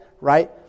Right